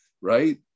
right